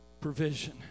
provision